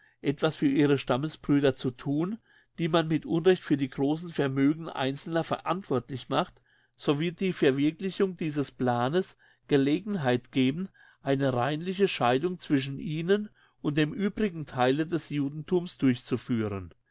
etwas für ihre stammesbrüder zu thun die man mit unrecht für die grossen vermögen einzelner verantwortlich macht so wird die verwirklichung dieses planes gelegenheit geben eine reinliche scheidung zwischen ihnen und dem übrigen theile des judenthums durchzuführen